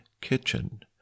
Kitchen